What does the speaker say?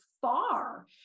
far